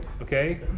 okay